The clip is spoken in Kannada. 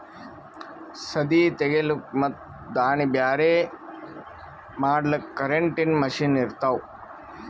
ಸದೀ ತೆಗಿಲುಕ್ ಮತ್ ದಾಣಿ ಬ್ಯಾರೆ ಮಾಡಲುಕ್ ಕರೆಂಟಿನ ಮಷೀನ್ ಇರ್ತಾವ